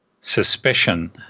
suspicion